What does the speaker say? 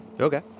Okay